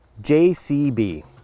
JCB